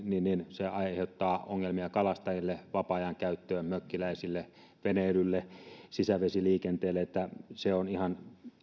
se aiheuttaa ongelmia kalastajille vapaa ajankäyttöön mökkiläisille veneilylle sisävesiliikenteelle se on ihan